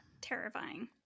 Terrifying